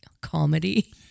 comedy